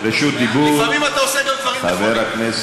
הרבה,